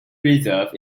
preserve